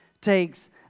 takes